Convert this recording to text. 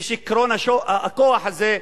משיכרון הכוח הזה,